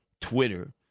Twitter